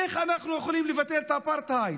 איך אנחנו יכולים לבטל את האפרטהייד?